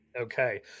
Okay